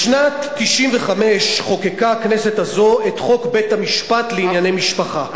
בשנת 1995 חוקקה הכנסת הזאת את חוק בית-המשפט לענייני משפחה,